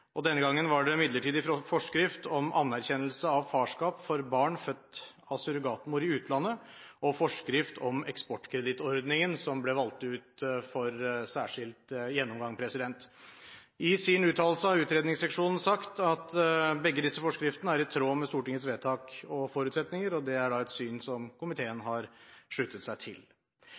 Denne gangen var det midlertidig forskrift om anerkjennelse av farskap for barn født av surrogatmor i utlandet og forskrift om eksportkredittordningen som ble valgt ut for særskilt gjennomgang. I sin uttalelse har utredningsseksjonen sagt at begge disse forskriftene er i tråd med Stortingets vedtak og forutsetninger. Det er et syn som komiteen har sluttet seg til.